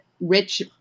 rich